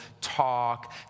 talk